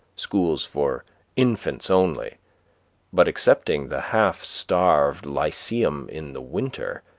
schools for infants only but excepting the half-starved lyceum in the winter,